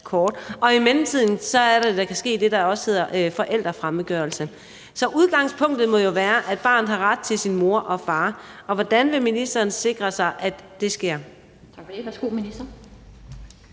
Og i mellemtiden kan der ske det, der også kaldes forældrefremmedgørelse. Så udgangspunktet må jo være, at et barn har ret til sin mor og far. Hvordan vil ministeren sikre, at den